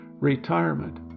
retirement